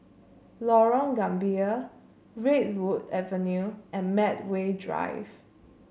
Lorong Gambir Redwood Avenue and Medway Drive